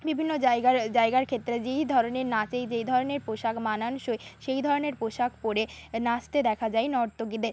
বিভিন্ন জায়গার জায়গার ক্ষেত্রে যেই ধরনের নাচেই যেই ধরনের পোশাক মানানসই সেই ধরনের পোশাক পরে নাচতে দেখা যায় নর্তকীদের